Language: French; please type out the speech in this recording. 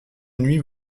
nuit